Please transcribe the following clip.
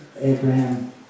Abraham